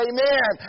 Amen